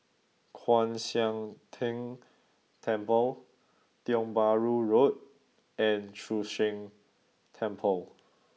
Kwan Siang Tng Temple Tiong Bahru Road and Chu Sheng Temple